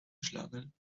schlangen